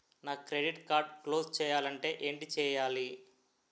నా credit card close చేయాలంటే ఏంటి చేయాలి?